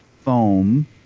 foam